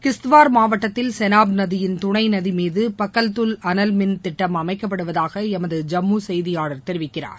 கிஷ்துவார் மாவாட்டத்தில் சௌப் நதியின் துணை நதி மீது பக்கல்துல் அனல் மின் திட்டம் அமைக்கப்டுவதாக எமது ஜம்மு செய்தியாளர் தெரிவிக்கிறார்